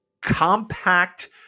compact